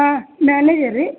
ಹಾಂ ಮ್ಯಾನೇಜರ್ ರೀ